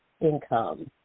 income